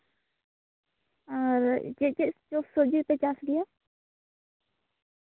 ᱟᱨ ᱪᱮᱫ ᱪᱮᱫ ᱥᱚᱵᱡᱤ ᱠᱚᱯᱮ ᱪᱟᱥ ᱜᱮᱭᱟ